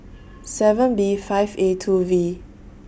seven B five A two V